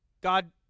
God